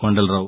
Kondalarao